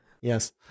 Yes